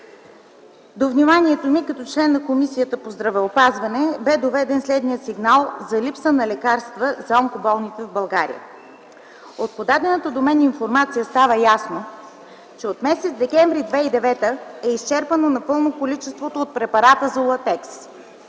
До вниманието ми като член на Комисията по здравеопазването бе доведен следният сигнал за липса на лекарства за онкоболните в България. От подадената до мен информация става ясно, че от м. декември 2009 г. е изчерпано напълно количеството от препарата Золатекс